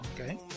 okay